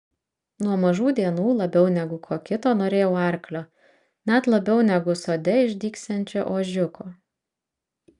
nuo mažų dienų labiau negu ko kito norėjau arklio net labiau negu sode išdygsiančio ožiuko